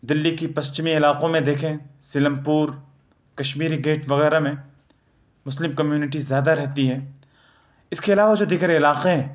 دلی کی پشچمی علاقوں میں دیکھیں سیلم پور کشمیری گیٹ وغیرہ میں مسلم کمیونٹی زیادہ رہتی ہیں اس کے علاوہ جو دیگر علاقے ہیں